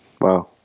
Wow